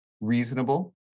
reasonable